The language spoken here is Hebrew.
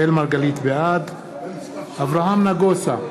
בעד אברהם נגוסה,